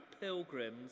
pilgrims